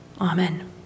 Amen